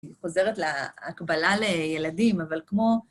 היא חוזרת להקבלה לילדים, אבל כמו...